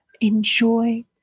enjoy